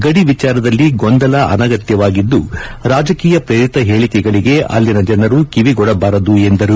ಗಡಿ ವಿಚಾರದಲ್ಲಿ ಗೊಂದಲ ಅನಗತ್ಯವಾಗಿದ್ದು ರಾಜಕೀಯ ಪ್ರೇರಿತ ಹೇಳಿಕೆಗಳಿಗೆ ಅಲ್ಲಿನ ಜನರು ಕಿವಿಗೊಡಬಾರದು ಎಂದರು